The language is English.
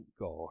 God